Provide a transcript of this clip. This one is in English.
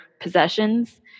possessions